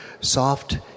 soft